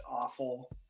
awful